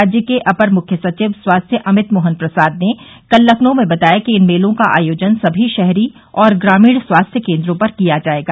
राज्य के अपर मुख्य सचिव स्वास्थ्य अमित मोहन प्रसाद ने कल लखनऊ में बताया कि इन मेलों का आयोजन सभी शहरी और ग्रामीण स्वास्थ्य केन्द्रों पर किया जायेगा